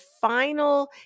final